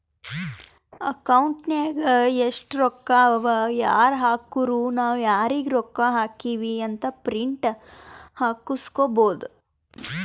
account ನಾಗ್ ಎಸ್ಟ್ ರೊಕ್ಕಾ ಅವಾ ಯಾರ್ ಹಾಕುರು ನಾವ್ ಯಾರಿಗ ರೊಕ್ಕಾ ಹಾಕಿವಿ ಅಂತ್ ಪ್ರಿಂಟ್ ಹಾಕುಸ್ಕೊಬೋದ